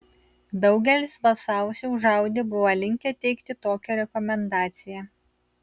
daugelis balsavusių už audi buvo linkę teikti tokią rekomendaciją